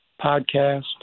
podcast